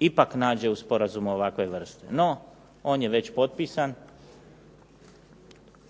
ipak nađe u sporazumu ovakve vrste. No, on je već potpisan.